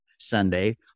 sunday